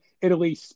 Italy